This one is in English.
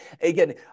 Again